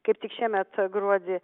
kaip tik šiemet gruodį